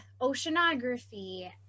oceanography